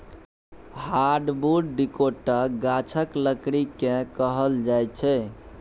hardwood डिकौटक गाछक लकड़ी केँ कहल जाइ छै